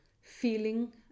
feeling